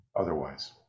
otherwise